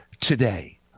today